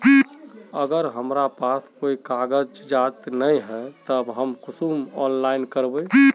अगर हमरा पास कोई कागजात नय है तब हम कुंसम ऑनलाइन करबे?